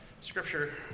scripture